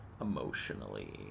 Emotionally